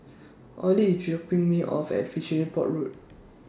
Ollie IS dropping Me off At Fishery Port Road